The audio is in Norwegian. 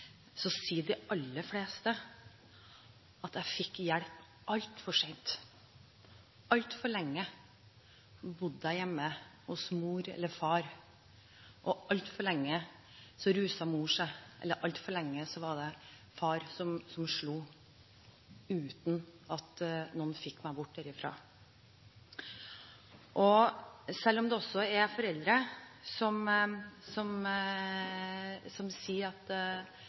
så sier de aller fleste: Jeg fikk hjelp altfor sent. Altfor lenge bodde jeg hjemme hos mor eller far. Altfor lenge ruset mor seg. Eller: Altfor lenge var det far som slo uten at noen fikk meg bort derifra. Selv om det også er foreldre som sier at barnet ble tatt fra dem uten at